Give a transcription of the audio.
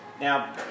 Now